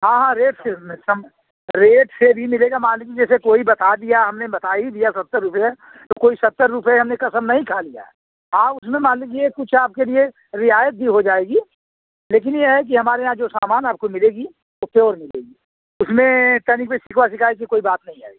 हाँ हाँ रेट से में सम रेट से भी मिलेगा मान लीजिए जैसे कोई बता दिया हमने बता ही दिया सत्तर रुपये तो कोई सत्तर रुपए हमने कसम नहीं खा लिया है हाँ उसमें मान लीजिए कुछ आपके लिए रियायत भी हो जाएगी लेकिन ये है कि हमारे यहाँ जो सामान आपको मिलेगी वो प्योर मिलेगी उसमें तनिक भी शिकवा शिकायत की कोई बात नहीं आएगी